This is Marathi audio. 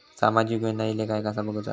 सामाजिक योजना इले काय कसा बघुचा?